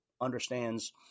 understands